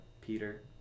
peter